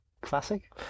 classic